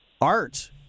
art